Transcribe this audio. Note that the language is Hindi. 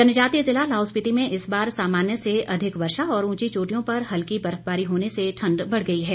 जनजातीय जिला लाहौल स्पिति में इस बार सामान्य से अधिक वर्षा और ऊंची चोटियों पर हल्की बर्फबारी होने से ठंड बढ़ गई है